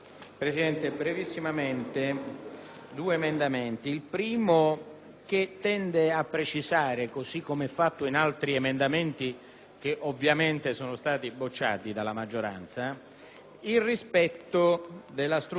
tende a precisare, così come fatto in altri emendamenti, che ovviamente sono stati bocciati dalla maggioranza, il rispetto della struttura e dei principi di progressività di ciascun tributo.